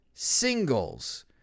Singles